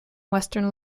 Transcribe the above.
western